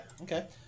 okay